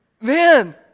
Man